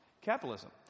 capitalism